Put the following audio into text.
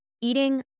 eating